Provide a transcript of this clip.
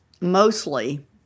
mostly